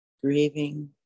grieving